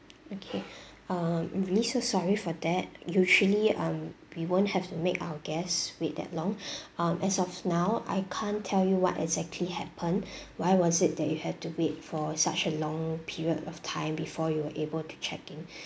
okay um really so sorry for that usually um we won't have to make our guests wait that long um as of now I can't tell you what exactly happened why was it that you have to wait for such a long period of time before you were able to check in